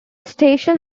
station